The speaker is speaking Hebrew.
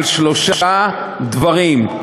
על שלושה דברים: